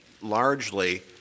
largely